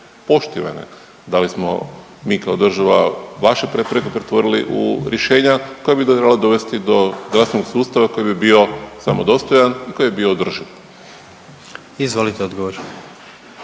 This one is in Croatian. poštivane, da li smo mi kao država vaše preporuke pretvorili u rješenja koja bi trebala dovesti do zdravstvenog sustava koji bi bio samodostojan i koji bi bio održiv? **Jandroković,